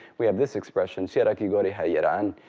we have this expression, shieraki gori ha yeraan,